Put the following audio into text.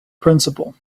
principle